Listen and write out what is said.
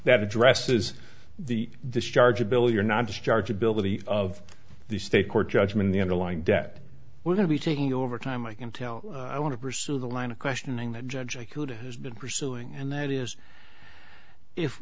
that addresses the discharge ability or not just charge ability of the state court judgment the underlying debt we're going to be taking over time i can tell i want to pursue the line of questioning that judge i could has been pursuing and that is if